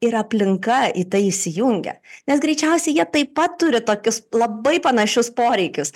ir aplinka į tai įsijungia nes greičiausiai jie taip pat turi tokius labai panašius poreikius